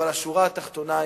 אבל השורה התחתונה היא: